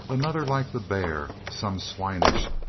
another like the bear, some swinish,